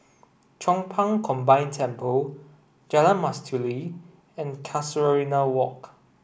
Chong Pang Combined Temple Jalan Mastuli and Casuarina Walk